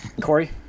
Corey